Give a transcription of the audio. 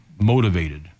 motivated